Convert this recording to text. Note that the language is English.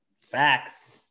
Facts